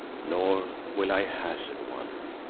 nor will i hazard one.